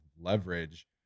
Leverage